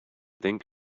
think